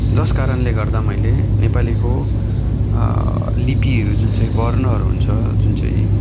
जस कारणले गर्दा मैले नेपालीको लिपिहरू जुन चाहिँ वर्णहरू हुन्छ जुन चाहिँ